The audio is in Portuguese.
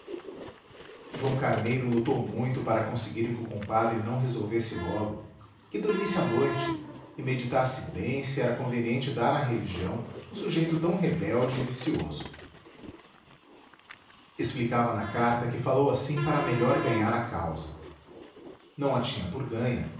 joão carneiro lutou muito para conseguir que o compadre não resolvesse logo que dormisse a noite e meditasse